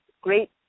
great